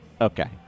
Okay